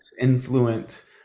influence